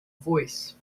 voice